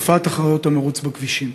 תופעת תחרויות המירוץ בכבישים.